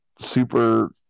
super